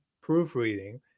proofreading